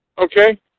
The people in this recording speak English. Okay